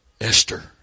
esther